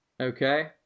Okay